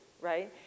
right